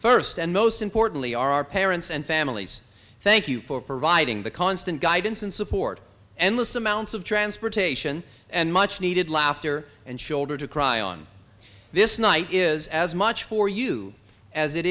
first and most importantly our parents and families thank you for providing the constant guidance and support endless amounts of transportation and much needed laughter and shoulder to cry on this night is as much for you as it